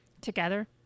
together